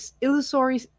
illusory